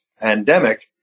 pandemic